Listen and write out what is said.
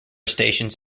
stations